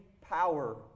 power